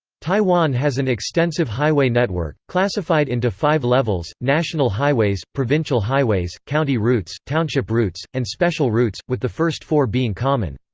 taiwan has an extensive highway network, classified into five levels national highways, provincial highways, county routes, township routes, and special routes, with the first four being common.